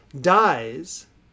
dies